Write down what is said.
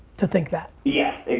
to think that. yeah,